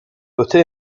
öte